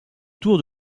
tour